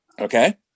Okay